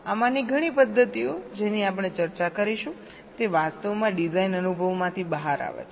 આમાંની ઘણી પદ્ધતિઓ જેની આપણે ચર્ચા કરીશું તે વાસ્તવમાં ડિઝાઇન અનુભવમાંથી બહાર આવે છે